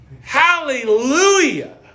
Hallelujah